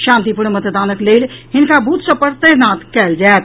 शांतिपूर्ण मतदानक लेल हिनका बूथ सभ पर तैनात कयल जायत